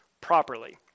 properly